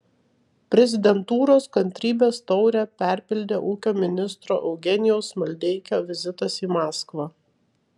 prezidentūros kantrybės taurę perpildė ūkio ministro eugenijaus maldeikio vizitas į maskvą